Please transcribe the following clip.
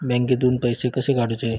बँकेतून पैसे कसे काढूचे?